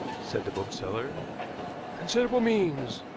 said the bookseller considerable means,